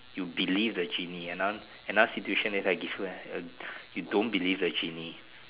you believe the genie ano~ another situation is I give you is you don't believe the genie